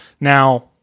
now